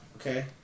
okay